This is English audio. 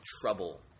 trouble